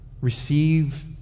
Receive